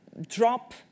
drop